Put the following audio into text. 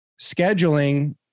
scheduling